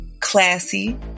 classy